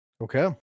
Okay